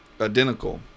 identical